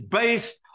based